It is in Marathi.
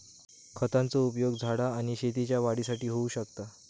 खतांचो उपयोग झाडा आणि शेतीच्या वाढीसाठी होऊ शकता